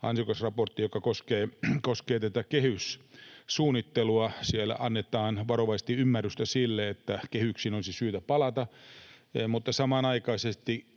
osin, mikä koskee kehyssuunnittelua. Siellä annetaan varovaisesti ymmärrystä sille, että kehyksiin olisi syytä palata, mutta samanaikaisesti